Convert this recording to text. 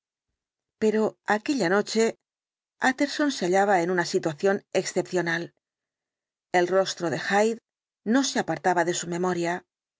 hyde aquella noche utterson se hallaba en una situación excepcional el rostro de hyde no se apartaba de su memoria